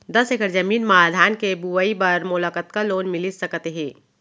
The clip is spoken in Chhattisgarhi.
दस एकड़ जमीन मा धान के बुआई बर मोला कतका लोन मिलिस सकत हे?